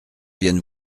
vienne